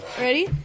Ready